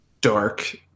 dark